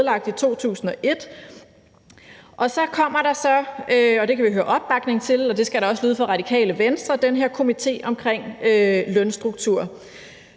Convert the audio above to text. blev nedlagt i 2001, og så kommer der – og det kan vi høre der er en opbakning til, og det skal der også lyde fra Radikale Venstres side – den her komité omkring en lønstruktur.